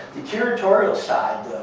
the curatorial side,